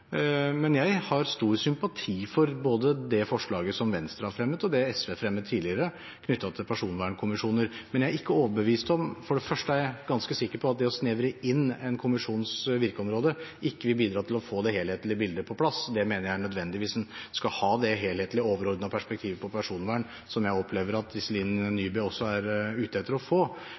Jeg har stor sympati for både det forslaget som Venstre har fremmet, og det SV fremmet tidligere, knyttet til personvernkommisjoner. Men jeg er ikke overbevist. For det første er jeg ganske sikker på at det å snevre inn en kommisjons virkeområde ikke vil bidra til å få det helhetlige bildet på plass. Det mener jeg er nødvendig – hvis en skal ha det helhetlige, overordnede perspektivet på personvern som jeg opplever at også Iselin Nybø er ute etter å få.